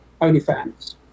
OnlyFans